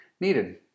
needed